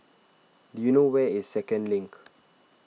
do you know where is Second Link